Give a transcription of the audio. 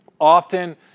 often